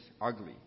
ugly